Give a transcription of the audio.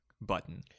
button